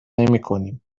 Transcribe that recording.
نمیکنیم